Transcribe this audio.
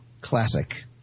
classic